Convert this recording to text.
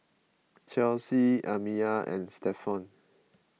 Chelsi Amiyah and Stephon